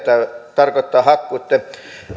tarkoittaa hakkuitten